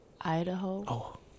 Idaho